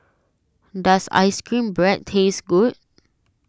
does Ice Cream Bread taste good